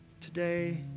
today